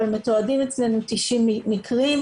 אבל מתועדים אצלנו 90 מקרים,